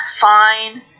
fine